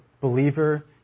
believer